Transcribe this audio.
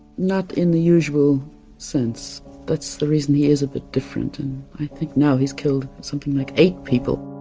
not in the usual sense that's the reason he is a bit different. and i think now he's killed something like eight people